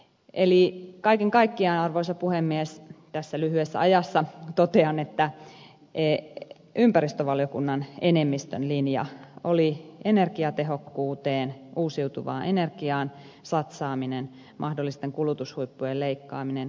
eli kaiken kaikkiaan arvoisa puhemies tässä lyhyessä ajassa totean että ympäristövaliokunnan enemmistön linja oli energiatehokkuuteen uusiutuvaan energiaan satsaaminen mahdollisten kulutushuippujen leikkaaminen kysyntäjoustoilla